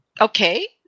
Okay